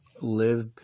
live